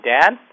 dad